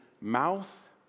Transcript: mouth